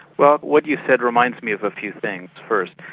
well, what you said reminds me of a few things. first,